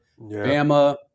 Bama